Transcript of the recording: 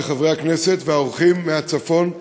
חברי הכנסת והאורחים מהצפון,